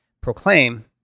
Proclaim